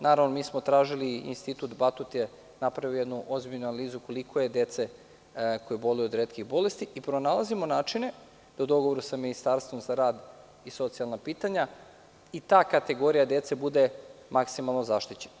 Naravno, tražili smo, i Institut Batut je napravio ozbiljnu analizu koliko je dece koja boluju od retkih bolesti, pronalazimo načine da u dogovoru sa Ministarstvom za rad i socijalna pitanja, pa da i ta kategorija dece bude maksimalno zaštićena.